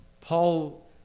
Paul